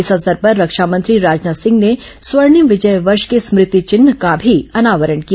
इस अवसर पर रक्षा मंत्री राजनाथ सिंह ने स्वर्णिम विजय वर्ष के स्मृति चिन्ह का भी अनावरण किया